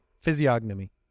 Physiognomy